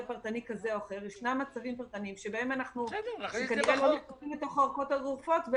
פרטני כזה או אחר שכנראה לא מתאימים לאורכות הגורפות,